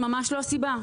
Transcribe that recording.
זה ממש לא הסיבה?